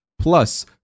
Plus